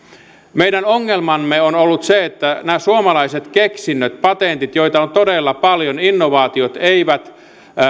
meidän ongelmamme on ollut se että nämä suomalaiset keksinnöt patentit joita on todella paljon innovaatiot eivät